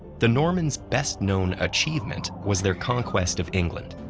the normans' best-known achievement was their conquest of england.